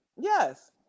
Yes